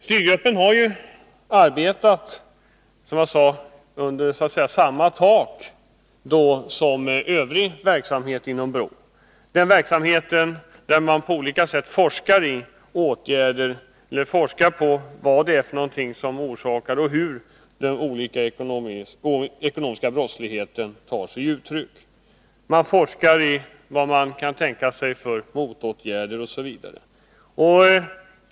Styrgruppens arbete har så att säga bedrivits under samma tak som övrig verksamhet inom BRÅ, dvs. den forskningsverksamhet som gäller orsakerna bakom den ekonomiska brottsligheten, hur denna kommer till uttryck, vilka motåtgärder som är möjliga, osv.